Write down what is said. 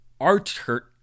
Archer